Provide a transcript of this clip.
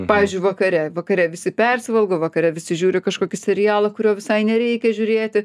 pavyzdžiui vakare vakare visi persivalgo vakare visi žiūri kažkokį serialą kurio visai nereikia žiūrėti